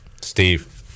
Steve